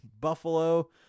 Buffalo